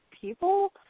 people